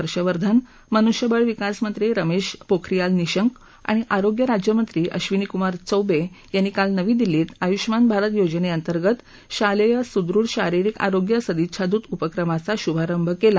हर्षवर्धन मनुष्यवळ विकासमंत्री रमेश पोखरियाल निःशंक आणि आरोग्य राज्यमंत्री अबिनी कुमार चौबे यांनी काल नवी दिल्लीत आयुष्मान भारत योजने अंतर्गत शालेय सुदृढ शारिरीक आरोग्य सदिच्छादूत उपक्रमाचा शुभारंभ केला